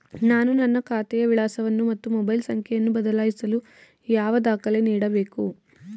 ನಾನು ನನ್ನ ಖಾತೆಯ ವಿಳಾಸವನ್ನು ಮತ್ತು ಮೊಬೈಲ್ ಸಂಖ್ಯೆಯನ್ನು ಬದಲಾಯಿಸಲು ಯಾವ ದಾಖಲೆ ನೀಡಬೇಕು?